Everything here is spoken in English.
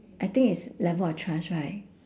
I think it's level of trust right